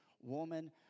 woman